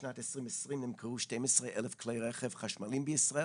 בשנת 2020 נמכרו 12,000 כלי רכב חשמליים בישראל,